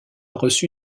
reçu